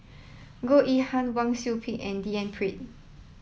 Goh Yihan Wang Sui Pick and D N Pritt